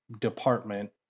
department